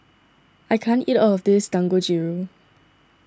I can't eat all of this Dangojiru